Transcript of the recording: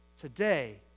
today